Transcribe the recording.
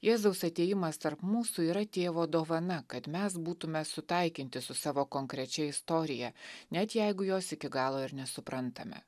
jėzaus atėjimas tarp mūsų yra tėvo dovana kad mes būtume sutaikinti su savo konkrečia istorija net jeigu jos iki galo ir nesuprantame